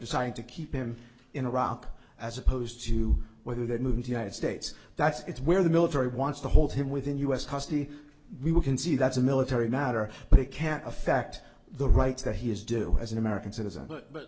deciding to keep him in iraq as opposed to whether they're moving to united states that's it's where the military wants to hold him within u s custody we we can see that's a military matter but it can't affect the rights that he has do as an american citizen but